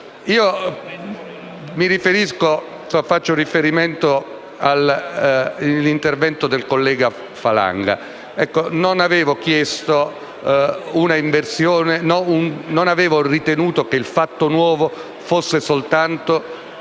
Faccio riferimento all'intervento del collega Falanga. Non avevo ritenuto che il fatto nuovo fosse soltanto